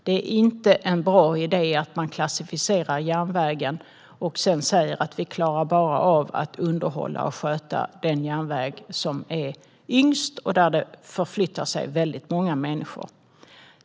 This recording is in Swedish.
Det är inte en bra idé att man klassificerar järnvägen och sedan säger att vi bara klarar av att underhålla och sköta den järnväg som är yngst och där det förflyttar sig väldigt många människor.